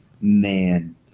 man